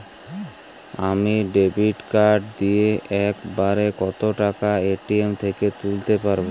আমি debit card দিয়ে এক বারে কত টাকা এ.টি.এম থেকে তুলতে পারবো?